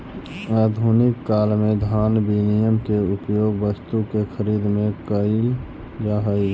आधुनिक काल में धन विनिमय के उपयोग वस्तु के खरीदे में कईल जा हई